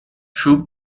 true